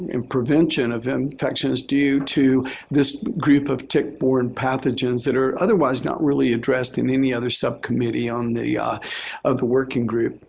and prevention of infections due to this group of tick-borne pathogens that are otherwise not really addressed in any other subcommittee on um the yeah of the working group.